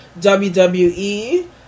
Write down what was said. WWE